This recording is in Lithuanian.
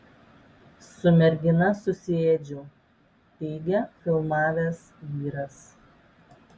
su mergina susiėdžiau teigia filmavęs vyras